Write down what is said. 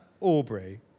Aubrey